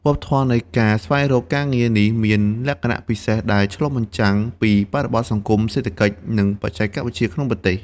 វប្បធម៌នៃការស្វែងរកការងារនេះមានលក្ខណៈពិសេស ដែលឆ្លុះបញ្ចាំងពីបរិបទសង្គម សេដ្ឋកិច្ច និងបច្ចេកវិទ្យាក្នុងប្រទេស។